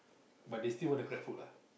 but they still want the Grab food ah